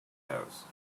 those